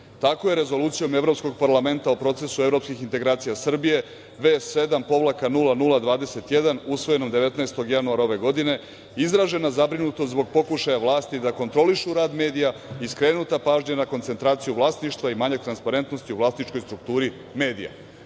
Tako je Rezolucijom Evropskog parlamenta o procesu evropskih integracija Srbije V7-0021, usvojenom 19. januara ove godine, izražena zabrinutost zbog pokušaja vlasti da kontrolišu rad medija i skrenuta pažnja na koncentraciju vlasništva i manjak transparentnosti u vlasničkoj strukturi medija.